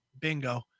Bingo